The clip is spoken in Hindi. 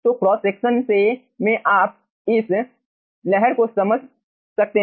तो क्रॉस सेक्शन में आप इस लहर को ठीक समझ सकते हैं